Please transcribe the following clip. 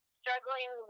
struggling